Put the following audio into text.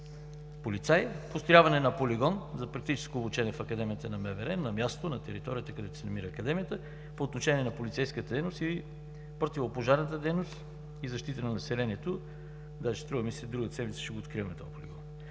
полицаи, построяване на полигон за практическо обучение в Академията на МВР на място, на територията, където се намира Академията, по отношение на полицейската и противопожарната дейност и защита на населението. Струва ми се, другата седмица ще открием този полигон.